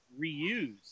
reuse